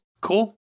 Cool